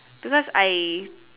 because I